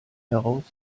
heraus